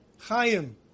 Chaim